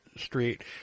Street